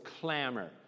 clamor